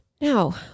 Now